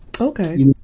Okay